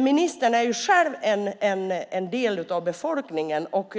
Ministern är ju själv en del av befolkningen och